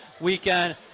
weekend